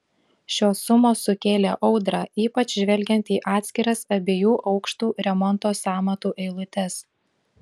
šios sumos sukėlė audrą ypač žvelgiant į atskiras abiejų aukštų remonto sąmatų eilutes